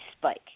spike